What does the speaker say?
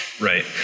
Right